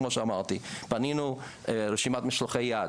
כמו שאמרתי, בנינו רשימת משלחי-יד.